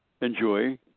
enjoy